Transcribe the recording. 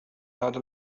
هذا